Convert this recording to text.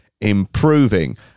improving